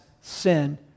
sin